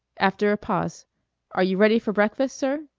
after a pause are you ready for breakfast, sir?